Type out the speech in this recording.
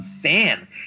fan